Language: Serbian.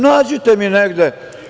Nađite mi negde.